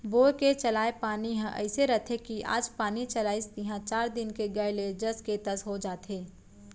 bore के चलाय पानी ह अइसे रथे कि आज पानी चलाइस तिहॉं चार दिन के गए ले जस के तस हो जाथे